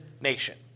nation